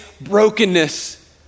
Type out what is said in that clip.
brokenness